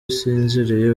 usinziriye